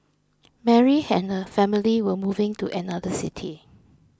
Mary and her family were moving to another city